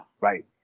Right